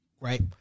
Right